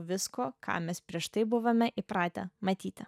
visko ką mes prieš tai buvome įpratę matyti